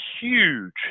huge